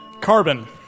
carbon